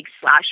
slash